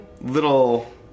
little